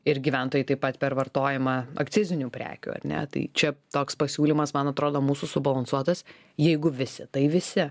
ir gyventojai taip pat per vartojimą akcizinių prekių ar ne tai čia toks pasiūlymas man atrodo mūsų subalansuotas jeigu visi tai visi